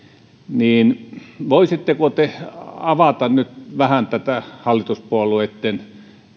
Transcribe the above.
voisitteko te avata nyt vähän tätä hallituspuolueitten